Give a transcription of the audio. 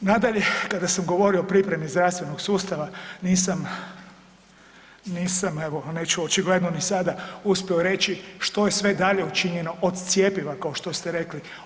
Nadalje, kada sam govorio o pripremi zdravstvenog sustava nisam, nisam evo neću očigledno ni sada, uspio reći što je sve dalje učinjeno od cjepiva kao što ste rekli.